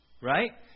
right